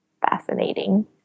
fascinating